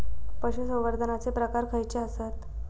पशुसंवर्धनाचे प्रकार खयचे आसत?